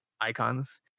icons